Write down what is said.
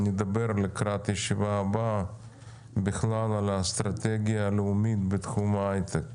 בישיבה הבאה נדבר בכלל על האסטרטגיה הלאומית בתחום ההייטק.